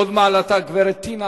הוד מעלתה גברת טינה